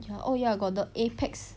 ya oh ya got the apex